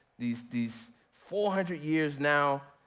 these these four hundred years now,